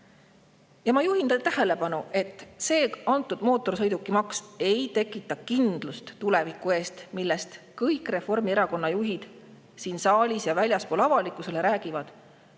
Ma juhin tähelepanu, et mootorsõidukimaks ei tekita kindlust tuleviku ees, millest kõik Reformierakonna juhid siin saalis ja väljaspool avalikkusele räägivad.